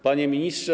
Panie Ministrze!